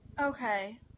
Okay